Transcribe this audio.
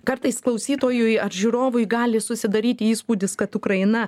kartais klausytojui ar žiūrovui gali susidaryti įspūdis kad ukraina